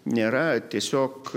nėra tiesiog